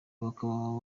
bakaba